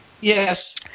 Yes